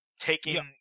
taking